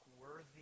worthy